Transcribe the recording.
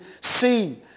see